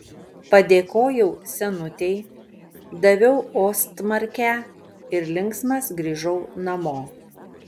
padėkojau senutei daviau ostmarkę ir linksmas grįžau namo